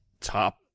Top